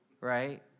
right